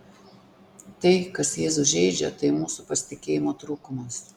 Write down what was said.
tai kas jėzų žeidžia tai mūsų pasitikėjimo trūkumas